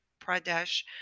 Pradesh